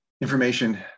information